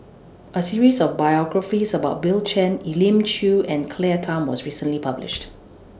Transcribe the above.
A series of biographies about Bill Chen Elim Chew and Claire Tham was recently published